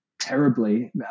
Terribly